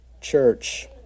church